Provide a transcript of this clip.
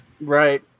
Right